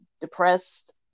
depressed